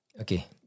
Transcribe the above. okay